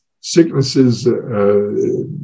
sicknesses